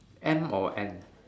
M or N